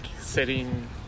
setting